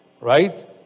Right